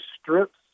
strips